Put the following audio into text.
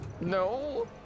No